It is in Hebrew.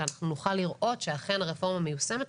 שאנחנו נוכל לראות שאכן הרפורמה מיושמת.